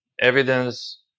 evidence